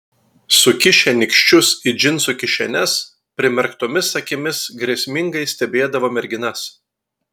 sukišę nykščius į džinsų kišenes primerktomis akimis grėsmingai stebėdavo merginas